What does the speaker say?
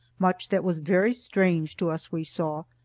much that was very strange to us we saw,